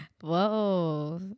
Whoa